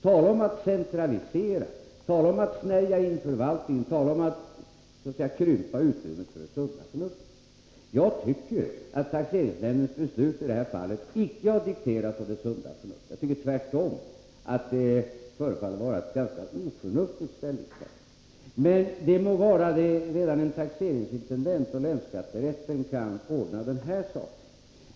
Tala om att centralisera, tala om att snärja in förvaltningen, tala om att så att säga krympa utrymmet för det sunda förnuftet. Jag tycker att taxeringsnämndens beslut i det här fallet icke har dikterats av det sunda förnuftet. Tvärtom förefaller det vara ett ganska oförnuftigt ställningstagande. Men det må vara. Redan en taxeringsintendent och länsskatterätten kan ordna den här saken.